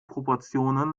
proportionen